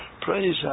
praise